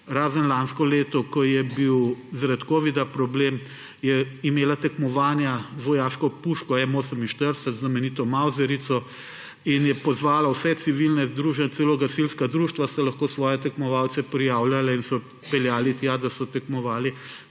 razen lansko leto, ko je bil problem zaradi covida, je imela tekmovanja z vojaško puško M48, znamenito mavzarico, in je pozvala vsa civilna združenja, celo gasilska društva so lahko svoje tekmovalce prijavila, da so tekmovali.